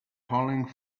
pulling